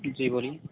जी बोलिए